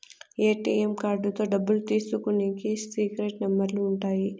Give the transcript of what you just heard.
ATM కార్డుతో డబ్బులు తీసుకునికి సీక్రెట్ నెంబర్లు ఉంటాయి